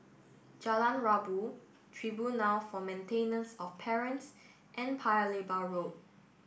Jalan Rabu Tribunal for Maintenance of Parents and Paya Lebar Road